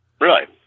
Right